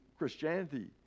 Christianity